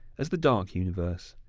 as the dark universe,